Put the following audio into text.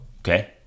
Okay